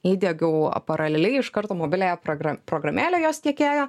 įdiegiau a paralilei iš karto mobiliąją progra programėlę jos tiekėjo